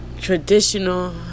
traditional